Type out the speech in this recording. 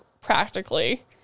practically